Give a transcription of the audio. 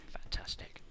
Fantastic